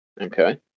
Okay